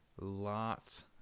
Lots